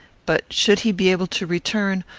but, should he be able to return,